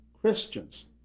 Christians